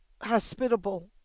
hospitable